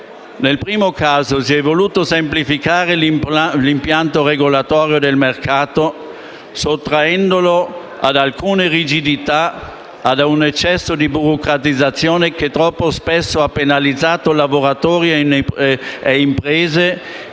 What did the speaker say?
Nel primo caso si è voluto semplificare l'impianto regolatorio del mercato, sottraendolo ad alcune rigidità e a un eccesso di burocratizzazione che troppo spesso ha penalizzato lavoratori e imprese